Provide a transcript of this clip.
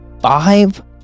five